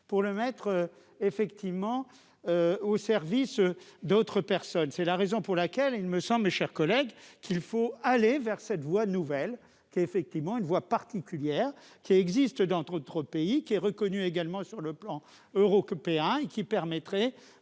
pour le mettre effectivement au service d'autres personnes, c'est la raison pour laquelle il me sens mes chers collègues, qu'il faut aller vers cette voie nouvelle qu'effectivement il ne voient particulière qui existent d'entres autres pays qui est reconnu également sur le plan Euro que PAI, qui permettrait,